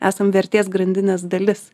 esam vertės grandinės dalis